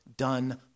done